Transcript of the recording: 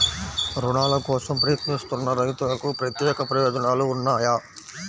రుణాల కోసం ప్రయత్నిస్తున్న రైతులకు ప్రత్యేక ప్రయోజనాలు ఉన్నాయా?